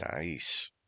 Nice